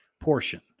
portion